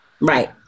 Right